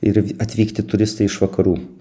ir atvykti turistai iš vakarų